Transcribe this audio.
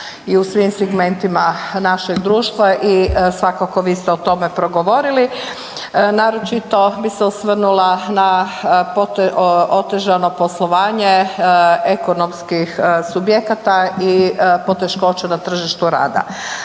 i u svim segmentima našeg društva i svakako vi ste o tome progovorili. Naročito bi se osvrnula na otežano poslovanje ekonomskih subjekata i poteškoća na tržištu rada.